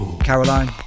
Caroline